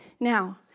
Now